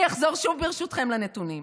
אני אחזור שוב, ברשותכם, לנתונים.